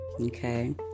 okay